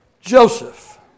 Joseph